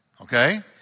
okay